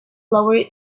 lowered